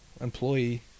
employee